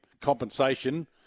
compensation